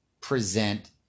present